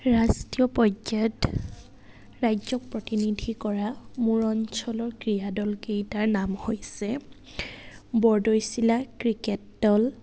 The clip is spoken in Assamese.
ৰাষ্ট্ৰীয় পৰ্যায়ত ৰাজ্যক প্ৰতিনিধি কৰা মোৰ অঞ্চলৰ ক্ৰীড়া দলকেইটাৰ নাম হৈছে বৰদৈচিলা ক্ৰিকেট দল